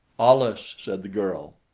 alus! said the girl.